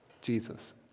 Jesus